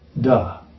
Duh